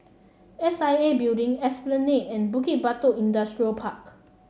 S I A Building Esplanade and Bukit Batok Industrial Park